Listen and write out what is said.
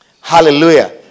Hallelujah